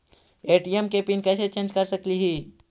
ATM के PIN कैसे change कर सकली ही?